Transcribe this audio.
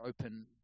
open